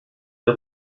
der